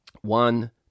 one